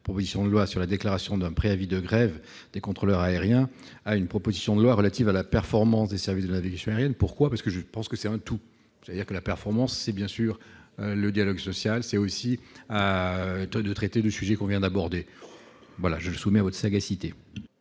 propositions de loi sur la déclaration d'un préavis de grève des contrôleurs aériens à une proposition de loi relative à la performance des services de la vie, pourquoi, parce que je pense que c'est un tout, c'est-à-dire que la performance bien sûr le dialogue social, c'est aussi à taux de traiter de sujets qu'on vient d'aborder, voilà je soumets à votre sagacité.